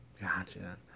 Gotcha